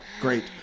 great